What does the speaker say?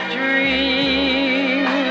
dream